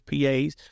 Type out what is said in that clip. PAs